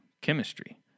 chemistry